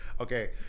Okay